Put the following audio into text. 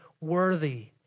worthy